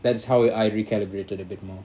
that's how I recalibrated a bit more